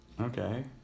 okay